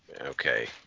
Okay